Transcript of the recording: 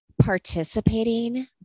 participating